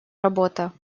работа